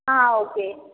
हाँ ओके